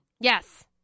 Yes